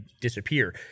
disappear